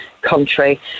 country